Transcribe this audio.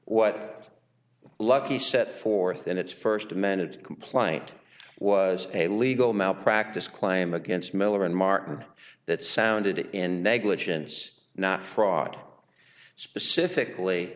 was lucky set forth in its first amended complaint was a legal malpractise claim against miller and martin that sounded in negligence not fraud specifically